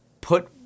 put